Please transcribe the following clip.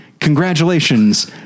Congratulations